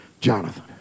Jonathan